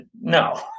no